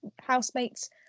housemates